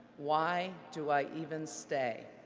why do i even stay?